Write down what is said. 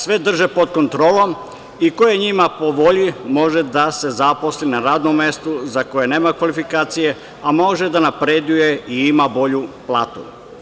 Sve drže pod kontrolom i ko je njima po volji može da se zaposli na radnom mestu za koje nema kvalifikacije, a može da napreduje i ima bolju platu.